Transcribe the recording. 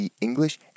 English